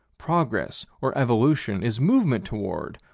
progress, or evolution is movement toward,